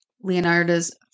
Leonardo's